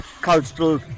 cultural